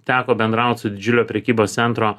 teko bendraut su didžiulio prekybos centro